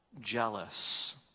jealous